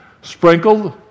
sprinkled